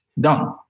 Done